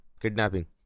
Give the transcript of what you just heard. kidnapping